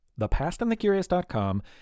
thepastandthecurious.com